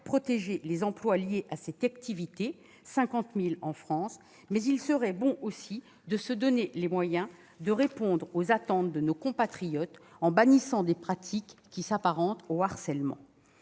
protéger les emplois liés à cette activité, qui sont au nombre de 50 000 en France, mais il serait bon aussi de se donner les moyens de répondre aux attentes de nos compatriotes, en bannissant des pratiques qui s'apparentent au harcèlement.